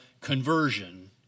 conversion